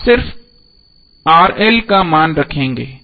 आप सिर्फ का मान रखेंगे